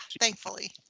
thankfully